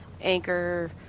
anchor